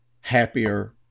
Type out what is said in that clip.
happier